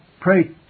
pray